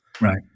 Right